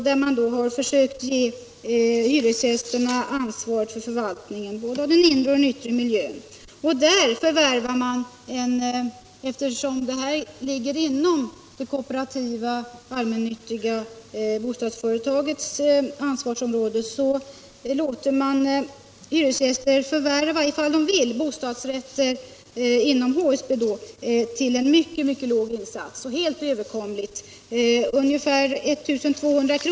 Där har man försökt överlåta ansvaret till hyresgästerna för förvaltningen av både den inre och den yttre miljön. Eftersom detta ligger inom det kooperativa och allmännyttiga bostadsföretagets ansvarsområde låter man hyresgäster —- i fall de så vill — förvärva bostadsrätter inom HSB till en mycket låg insats. Det är en helt överkomlig summa — ungefär 1 200 kr.